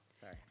sorry